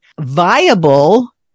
viable